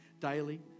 daily